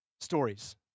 stories